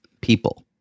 people